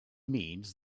means